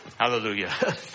hallelujah